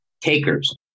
takers